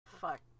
Fuck